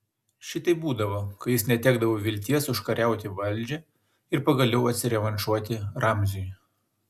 šitaip būdavo kai jis netekdavo vilties užkariauti valdžią ir pagaliau atsirevanšuoti ramziui